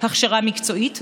הכשרה מקצועית,